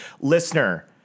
Listener